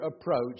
approach